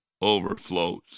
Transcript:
overflows